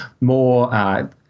more